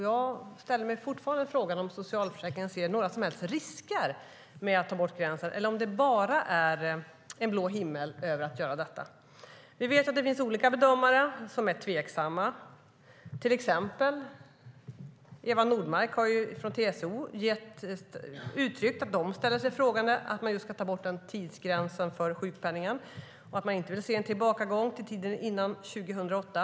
Jag ställer mig fortfarande frågan om socialförsäkringsministern ser några som helst risker med att ta bort gränsen eller om det bara är en blå himmel över att göra detta. Vi vet att olika bedömare är tveksamma. Eva Nordmark har uttryckt att TCO ställer sig frågande till att ta bort tidsgränsen för sjukpenningen och att man inte vill se en tillbakagång till tiden före 2008.